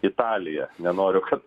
italija nenoriu kad